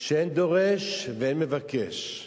שאין דורש ואין מבקש.